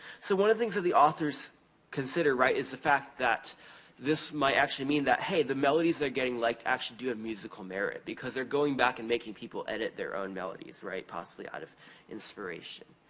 so, one of the things that the authors consider, is the fact that this might actually mean that hey, the melodies that are getting liked actually do have musical narrative because they're going back and making people edit their own melodies, right? possibly out of inspiration.